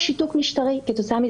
אבל התוצאה של